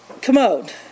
commode